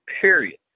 period